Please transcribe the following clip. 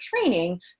training